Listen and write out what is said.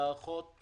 מערכות